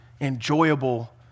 enjoyable